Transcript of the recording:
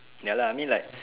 ya lah I mean like